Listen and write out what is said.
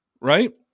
right